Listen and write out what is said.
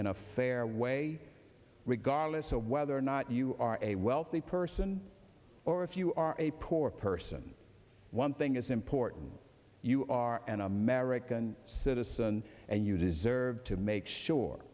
in a fair way regardless of whether or not you are a wealthy person or if you are a poor person one thing is important you are an american citizen and you deserve to make sure